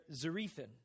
Zarethan